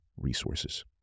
resources